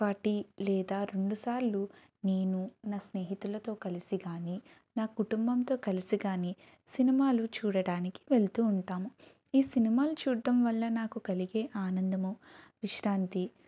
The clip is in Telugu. ఒకాటి లేదా రెండుసార్లు నేను నా స్నేహితులతో కలిసి కానీ నా కుటుంబంతో కలిసి కానీ సినిమాలు చూడటానికి వెళ్తూ ఉంటాము ఈ సినిమాలు చూడ్డం వల్ల నాకు కలిగే ఆనందమూ విశ్రాంతి